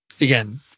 again